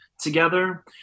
together